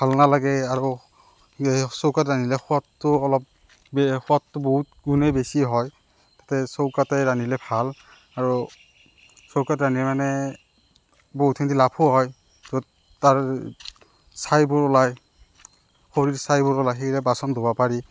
ভাল নালাগে আৰু এ চৌকাত ৰান্ধিলে সোৱাদটো অলপ বে সোৱাদটো বহুত গুণেই বেছি হয় তাতে চৌকাতে ৰান্ধিলে ভাল আৰু চৌকাত ৰান্ধি মানে বহুতখিনি লাভো হয় তাৰ ছাইবোৰ ওলায় খৰিৰ ছাইবোৰ দি বাচন ধুব পাৰি